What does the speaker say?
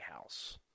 house